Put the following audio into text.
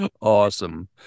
awesome